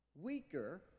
Weaker